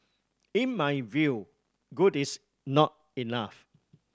in my view good is not enough